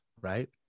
right